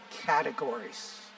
categories